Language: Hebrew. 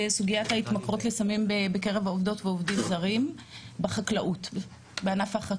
סוגיית ההתמכרות לסמים בקרב העובדות והעובדים הזרים בענף החקלאות.